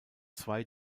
zwei